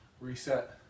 reset